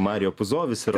marijo puzovis yra